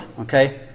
Okay